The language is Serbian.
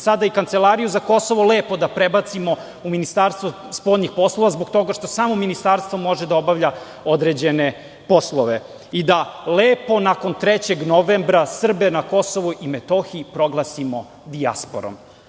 sada i Kancelariju za Kosovo lepo da prebacimo u Ministarstvo spoljnih poslova, zbog toga što samo Ministarstvo može da obavlja određene poslove i da lepo nakon 3. novembra Srbe na Kosovu i Metohiji proglasimo dijasporom. Nažalost,